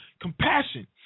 Compassion